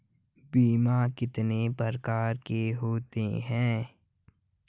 बीमा कितने प्रकार के होते हैं?